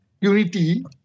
unity